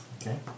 Okay